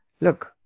look